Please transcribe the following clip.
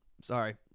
sorry